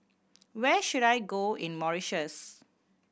where should I go in Mauritius